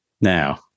Now